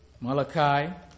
Malachi